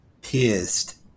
pissed